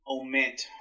omit